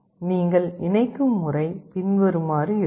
நீங்கள் இணைக்கும் முறை பின்வருமாறு இருக்கும்